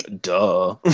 Duh